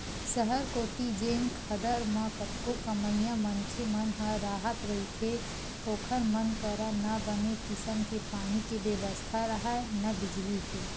सहर कोती जेन खदर म कतको कमइया मनखे मन ह राहत रहिथे ओखर मन करा न बने किसम के पानी के बेवस्था राहय, न बिजली के